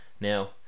Now